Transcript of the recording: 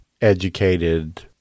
educated